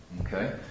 Okay